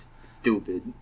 stupid